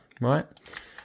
Right